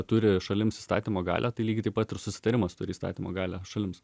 turi šalims įstatymo galią tai lygiai taip pat ir susitarimas turi įstatymo galią šalims